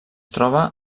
troba